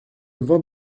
vingt